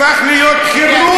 הפך להיות חירום.